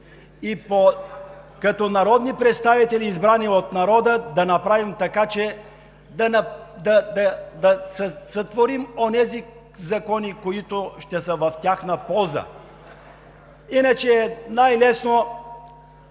и като народни представители, избрани от народа, да сътворим онези закони, които ще са в тяхна полза. Иначе е най-лесно.